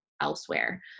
elsewhere